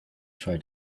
try